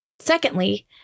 Secondly